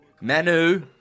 Manu